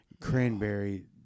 cranberry